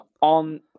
on